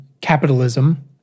capitalism